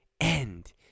end